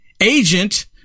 agent